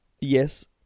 yes